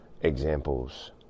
examples